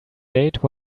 date